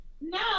No